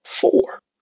four